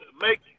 make